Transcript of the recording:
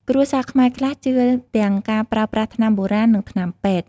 គ្រួសារខ្មែរខ្លះជឿទាំងការប្រើប្រាស់ថ្នាំបុរាណ និងថ្នាំពេទ្យ។